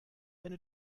eine